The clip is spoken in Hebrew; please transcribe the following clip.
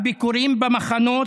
הביקורים במחנות,